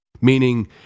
meaning